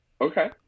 okay